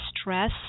stress